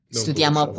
studiamo